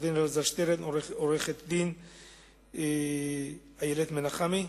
עורך-הדין אלעזר שטרן ועורכת-הדין נעמה מנחמי,